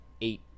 eight